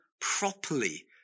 properly